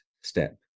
step